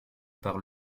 par